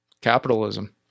capitalism